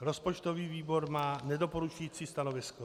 Rozpočtový výbor má nedoporučující stanovisko.